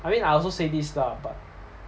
I mean I also say this lah but